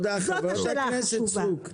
זאת השאלה החשובה.